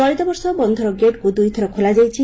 ଚଳିତ ବର୍ଷ ବନ୍ଧର ଗେଟ୍କୁ ଦ୍ରଇଥର ଖୋଲା ଯାଇଛି